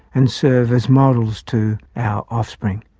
and serve as models to, our offspring.